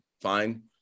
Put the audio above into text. fine